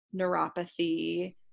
neuropathy